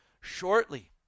shortly